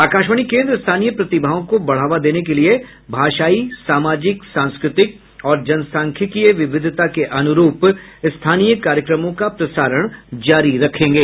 आकाशवाणी केन्द्र स्थानीय प्रतिभाओं को बढ़ावा देने के लिए भाषाई सामाजिक सांस्कृ तिक और जनसांख्यिकीय विविधता के अनुरूप स्थानीय कार्यक्रमों का प्रसारण जारी रखेंगे